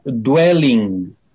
dwelling